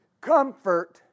comfort